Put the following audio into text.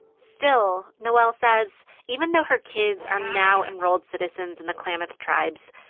still, noelle says even though her kids are now enrolled citizens in the klamath tribes,